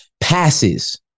passes